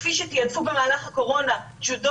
מצד שני,